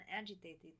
agitated